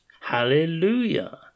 Hallelujah